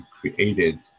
created